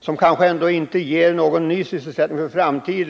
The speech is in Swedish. som kanske ändå inte ger någon ny sysselsättning för framtiden.